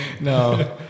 no